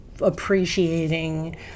appreciating